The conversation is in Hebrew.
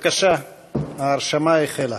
כי הונחה היום על שולחן הכנסת, לקריאה ראשונה,